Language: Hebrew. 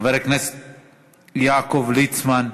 חבר הכנסת יעקב ליצמן,